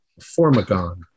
Formagon